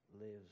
lives